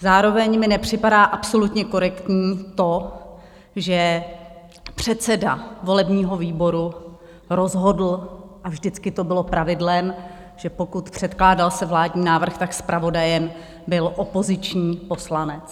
Zároveň mi nepřipadá absolutně korektní to, že předseda volebního výboru rozhodl, a vždycky to bylo pravidlem, že pokud se předkládal vládní návrh, tak zpravodajem byl opoziční poslanec.